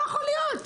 לא יכול להיות.